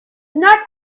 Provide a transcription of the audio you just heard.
not